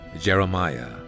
Jeremiah